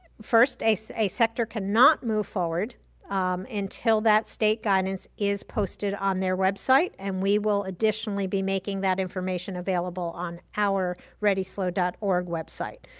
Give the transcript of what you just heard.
first, a so a sector cannot move forward until that state guidance is posted on their website. and we will additionally be making that information available on our readyslo dot org website.